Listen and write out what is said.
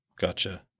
gotcha